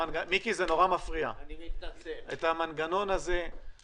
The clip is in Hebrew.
אני אשמח אם תעדכן אותנו על היוזמה של משרד האוצר